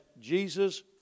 Jesus